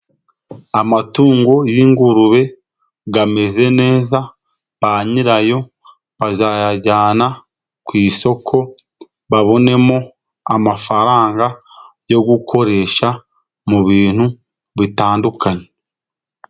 Amatungo y'ingurube ameze neza banyirayo bazayajyana ku isoko babonemo amafaranga yo gukoresha mu bintu bitandukanye.